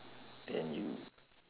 then you